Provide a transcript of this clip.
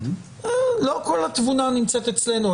לא כל התמונה נמצאת אצלנו.